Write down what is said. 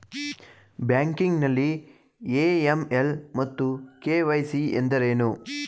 Banking ನಲ್ಲಿ AML ಮತ್ತು KYC ಎಂದರೇನು?